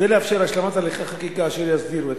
כדי לאפשר השלמת הליכי חקיקה אשר יסדירו את